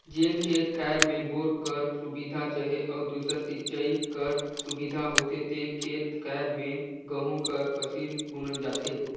जेन खेत खाएर में बोर कर सुबिधा चहे अउ दूसर सिंचई कर सुबिधा होथे ते खेत खाएर में गहूँ कर फसिल बुनल जाथे